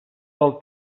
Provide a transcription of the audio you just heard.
del